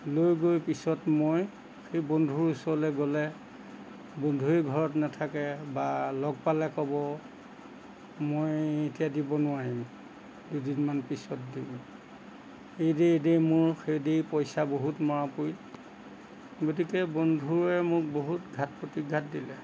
লৈ গৈ পিছত মই সেই বন্ধুৰ ওচৰলৈ গ'লে বন্ধুৱে ঘৰত নাথাকে বা লগ পালে ক'ব মই এতিয়া দিব নোৱাৰিম দুদিনমান পিছত দিম এই দেই মোৰ সেই দি পইচা বহুত মৰা পৰিল গতিকে বন্ধুৱে মোক বহুত ঘাত প্ৰতিঘাত দিলে